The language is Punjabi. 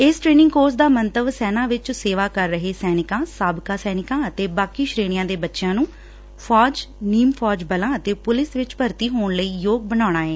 ਇਸ ਟਰੇਨਿੰਗ ਕੋਰਸ ਦਾ ਮੰਤਵ ਸੈਨਾ ਵਿਚ ਸੇਵਾ ਕਰ ਰਹੇ ਸੈਨਿਕਾਂ ਸਾਬਕਾ ਸੈਨਿਕਾਂ ਅਤੇ ਬਾਕੀ ਸ਼ੇਣੀਆਂ ਦੇ ਬੱਚਿਆਂ ਨੂੰ ਫੌਜ ਨੀਮ ਫੋਜੀ ਬਲਾਂ ਅਤੇ ਪੁਲਿਸ ਵਿਚ ਭਰਤੀ ਹੋਣ ਲਈ ਯੋਗ ਬਣਾਉਣਾ ਐ